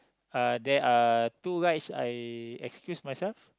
uh there are two rides I excused myself